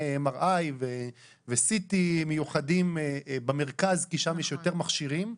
MRI ו-CT מיוחדים במרכז כי שם יש יותר מכשירים.